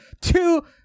two